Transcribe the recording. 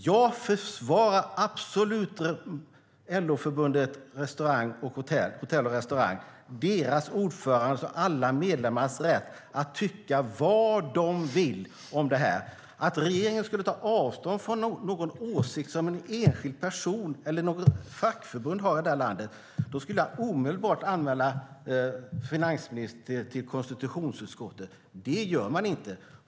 Jag försvarar absolut ordförandens för LO-förbundets hotell och restaurangfack och alla medlemmars rätt att tycka vad de vill om det här. Om regeringen skulle ta avstånd från någon åsikt som en enskild person eller något fackförbund har i det här landet skulle jag omedelbart anmäla finansministern till konstitutionsutskottet, för så gör man inte.